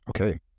Okay